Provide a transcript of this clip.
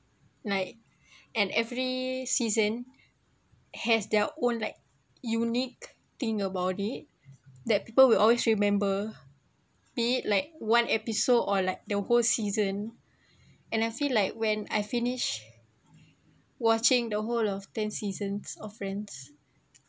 like and every season has their own like unique thing about it that people will always remember be it like one episode or like the whole season and I feel like when I finish watching the whole of ten seasons of friends